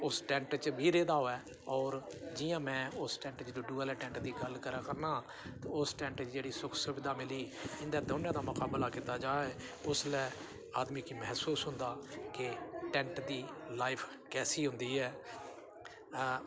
उस टैंट च बी रेह्दा होऐ होर जियां में उस डुड्डू आह्लै टैंट दी गल्ल करा करनां ते उस टैंट चे जेह्ड़ी सुख सुविधा मिली इन दौनें दा मुकाबला कीता जाए ते उसलै आदमी गी मैसूस होंदा कि टैंट दी लाइफ कैसी होंदी ऐ